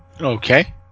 Okay